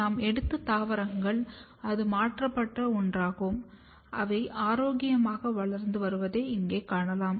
நாம் எடுத்த தாவரங்கள் அது மாற்றப்பட்ட ஒன்றாகும் அவை ஆரோக்கியமாக வளர்ந்து வருவதை இங்கே காணலாம்